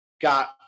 got